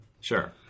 Sure